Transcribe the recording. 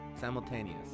simultaneous